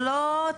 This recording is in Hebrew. ולא תלונות.